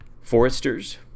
Foresters